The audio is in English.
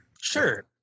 Sure